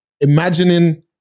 imagining